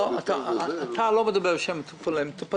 אתה לא מדבר בשם המטופלים.